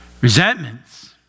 Resentments